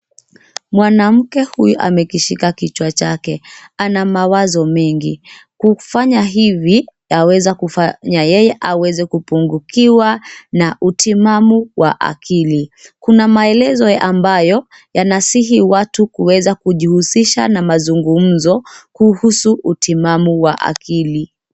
Mwanamke huyu amekishika kichwa chake, ana mawazo mengi. Kufanya hivi yaweza kufanya yeye aweze kupungukiwa na utimamu wa akili. Kuna maelezo ambayo yanasihi watu kuweza kujihusisha na mazugumzo kuhusu utimamu wa akili.